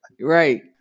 Right